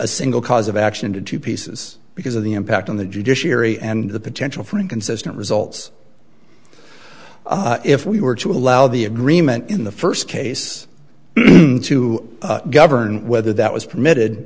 a single cause of action into two pieces because of the impact on the judiciary and the potential for inconsistent results if we were to allow the agreement in the first case to govern whether that was permitted